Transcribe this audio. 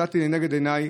מצאתי לנגד עיניי,